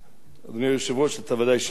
אדוני היושב-ראש, אתה ודאי שמעת,